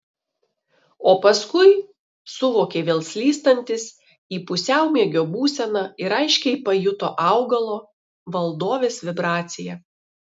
o paskui suvokė vėl slystantis į pusiaumiegio būseną ir aiškiai pajuto augalo valdovės vibraciją